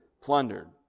plundered